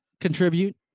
contribute